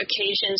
occasions